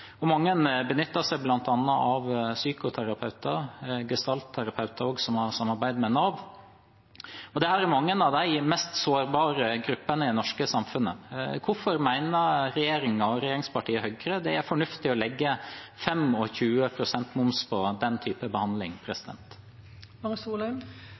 mange benytter seg bl.a. av psykoterapeuter og også gestaltterapeuter som har samarbeid med Nav. Dette er mange av de mest sårbare gruppene i det norske samfunnet. Hvorfor mener regjeringen og regjeringspartiet Høyre det er fornuftig å legge 25 pst. moms på den type behandling?